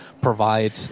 provide